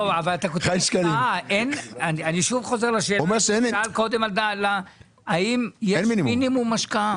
אני שוב חוזר לשאלה, האם יש מינימום השקעה?